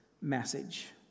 message